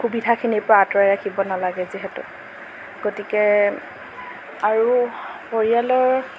সুবিধাখিনিৰ পৰা আঁতৰাই ৰাখিব নালাগে যিহেতু গতিকে আৰু পৰিয়ালৰ